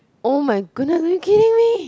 oh my goodness are you kidding me